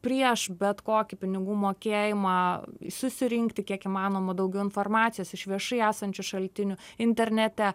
prieš bet kokį pinigų mokėjimą susirinkti kiek įmanoma daugiau informacijos iš viešai esančių šaltinių internete